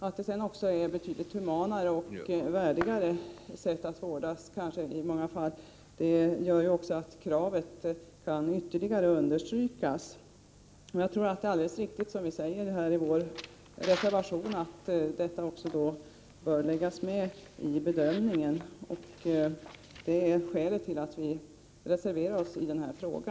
Att det sedan i många fall är ett betydligt humanare och värdigare sätt att vårdas gör att kravet ytterligare kan understrykas. Jag tror att det är alldeles riktigt, som vi säger i vår reservation, att detta bör tas med vid bedömningen. Detta är skälet till att vi har reserverat oss i denna fråga.